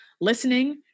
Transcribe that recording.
listening